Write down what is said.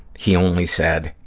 he only said,